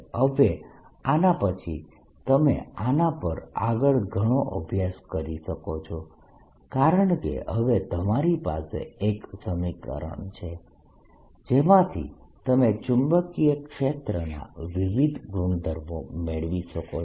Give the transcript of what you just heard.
હવે આના પછી તમેં આના પર આગળ ઘણો અભ્યાસ કરી શકો છો કારણકે હવે તમારી પાસે એક સમીકરણ છે જેમાંથી તમે ચુંબકીય ક્ષેત્રના વિવિધ ગુણધર્મો મેળવી શકો છો